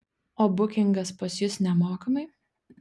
o bukingas pas jus nemokamai